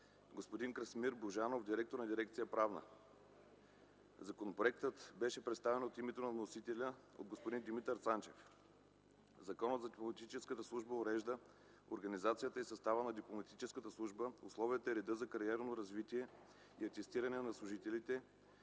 господин Красимир Божанов – директор на дирекция „Правна”. Законопроектът беше представени от името на вносителя от господин Димитър Цанчев. Законът за дипломатическата служба урежда организацията и състава на дипломатическата служба, условията и реда за кариерното развитие и атестиране на служителите,